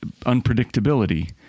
unpredictability